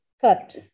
cut